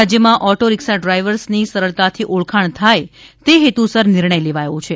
રાજ્યમાં auto rickshaw ડ્રાઈવર્સની સરળતાથી ઓળખાણ થાય તે હેતુસર નિર્ણય લેવાયો છે